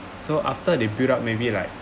so after they build up maybe like